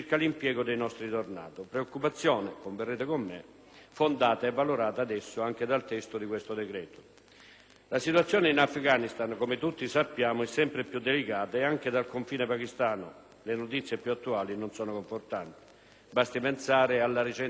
La situazione in Afghanistan, come tutti sappiamo, è sempre più delicata e anche dal confine pachistano le notizie più attuali non sono confortanti. Basti pensare alla recente notizia circa la richiesta, molto probabilmente a breve accordata, di riconoscere come legge dello Stato addirittura la *sharia*.